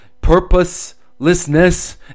purposelessness